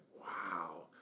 wow